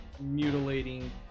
mutilating